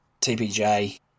TPJ